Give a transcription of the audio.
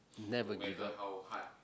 never give up